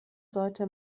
sollte